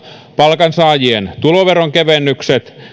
palkansaajien tuloveronkevennykset